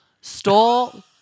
stole